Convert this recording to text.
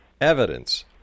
evidence